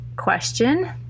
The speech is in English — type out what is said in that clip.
question